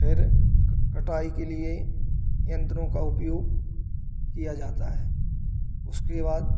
फिर कटाई के लिए यंत्रों का उपयोग किया जाता है उसके बाद